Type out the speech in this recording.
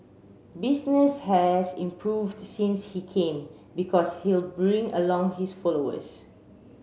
business has improved since he came because he'll bring along his followers